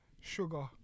sugar